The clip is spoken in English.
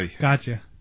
Gotcha